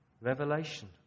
Revelation